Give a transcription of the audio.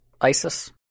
ISIS